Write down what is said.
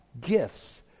gifts